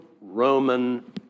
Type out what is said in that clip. Roman